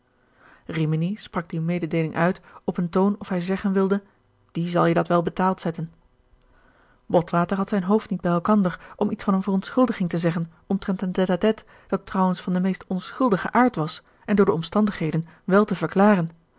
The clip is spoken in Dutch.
rimini sprak die mededeeling uit op een toon of hij zeggen wilde die zal je dat wel betaald zetten botwater had zijn hoofd niet bij elkander om iets van een verontschuldiging te zeggen omtrent een tête-à-tête dat trouwens van den meest onschuldigen aard was en door de omstandigheden wel te verklaren